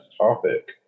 topic